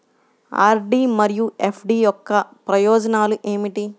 RD మరియు FD యొక్క ప్రయోజనాలు ఏమిటి?